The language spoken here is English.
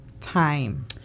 time